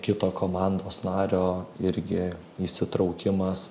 kito komandos nario irgi įsitraukimas